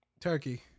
turkey